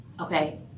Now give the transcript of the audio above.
Okay